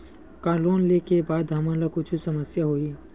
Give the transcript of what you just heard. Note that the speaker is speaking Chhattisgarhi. का लोन ले के बाद हमन ला कुछु समस्या होही?